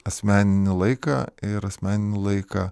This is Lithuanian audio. asmeninį laiką ir asmeninį laiką